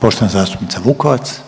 Poštovana zastupnica Vukovac.